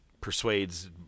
persuades